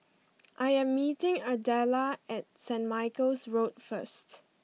I am meeting Ardella at St Michael's Road first